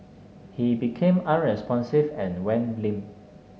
he became unresponsive and went limp